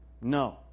No